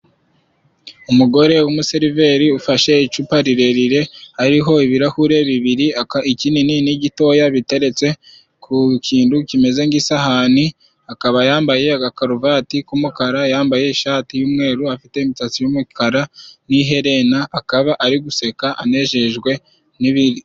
Umugore w'umuseriveri ufashe icupa rirerire, hariho ibirahure bibiri aka ikinini n'gitoya biteretse ku kintu kimeze nk'isahani, akaba yambaye aga karovati k'umukara, yambaye ishati yumweru, afite imisatsi y'umukara n'iherena, akaba ari guseka anejejwe n'ibiri.